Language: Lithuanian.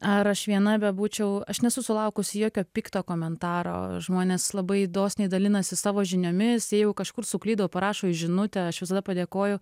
ar aš viena bebūčiau aš nesu sulaukusi jokio pikto komentaro žmonės labai dosniai dalinasi savo žiniomis jeigu kažkur suklydau parašo žinutę aš visada padėkoju